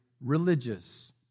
religious